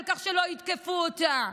שלא יתקפו אותה.